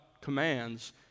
commands